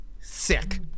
Sick